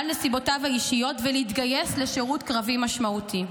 ולהתגייס לשירות קרבי משמעותי.